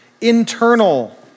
internal